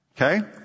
Okay